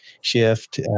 shift